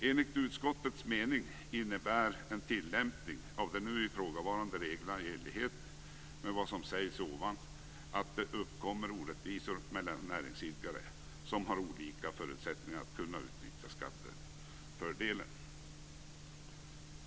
Enligt utskottets mening innebär en tillämpning av de nu ifrågavarande reglerna i enlighet med vad som sägs ovan att det uppkommer orättvisor mellan näringsidkare som har olika förutsättningar att kunna utnyttja skattefördelen.